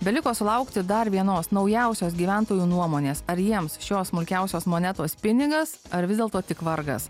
beliko sulaukti dar vienos naujausios gyventojų nuomonės ar jiems šios smulkiausios monetos pinigas ar vis dėlto tik vargas